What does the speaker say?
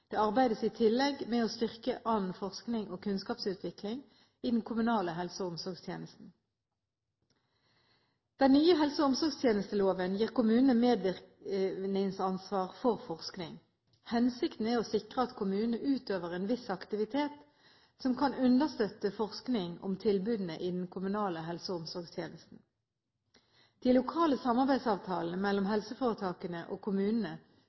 Det arbeides i tillegg med å styrke annen forskning og kunnskapsutvikling i den kommunale helse- og omsorgstjenesten. Den nye helse- og omsorgstjenesteloven gir kommunene medvirkningsansvar for forskning. Hensikten er å sikre at kommunene utøver en viss aktivitet som kan understøtte forskning om tilbudene i den kommunale helse- og omsorgstjenesten. De lokale samarbeidsavtalene mellom helseforetakene og kommunene